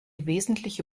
wesentliche